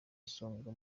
isonga